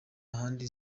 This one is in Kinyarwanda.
ahandi